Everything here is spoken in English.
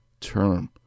term